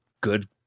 good